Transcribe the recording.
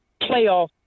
playoff